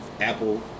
Apple